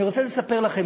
אני רוצה לספר לכם,